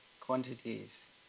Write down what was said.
quantities